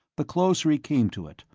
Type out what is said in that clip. the closer he came to it,